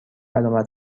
علامت